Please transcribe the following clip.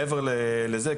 מעבר לזה,